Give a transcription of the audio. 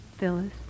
Phyllis